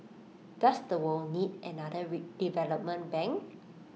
does the world need another development bank